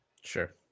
Sure